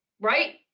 right